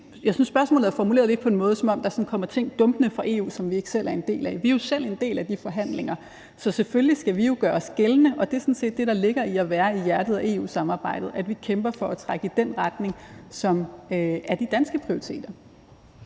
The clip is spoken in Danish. Jeg synes, spørgsmålet er formuleret lidt på en måde, som om der sådan kommer ting dumpende fra EU, som vi ikke selv er en del af. Vi er jo selv en del af de forhandlinger, så selvfølgelig skal vi gøre os gældende, og det er sådan set det, der ligger i at være i hjertet af EU-samarbejdet: at vi kæmper for at trække i den retning, som er de danske prioriteter.